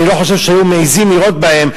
אני לא חושב שהם היו מעזים לירות בהם,